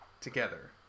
together